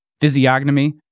physiognomy